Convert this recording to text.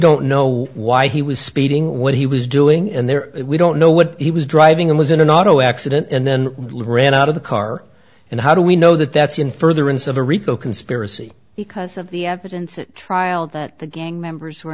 don't know why he was speeding what he was doing in there we don't know what he was driving and was in an auto accident and then leave ran out of the car and how do we know that that's in furtherance of a rico conspiracy because of the evidence at trial that the gang members were